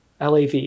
LAV